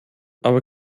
aber